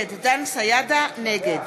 (קוראת בשם חבר הכנסת) דן סידה, נגד